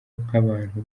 nk’abantu